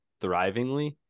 thrivingly